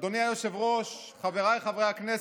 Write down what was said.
אדוני היושב-ראש, חבריי חברי הכנסת,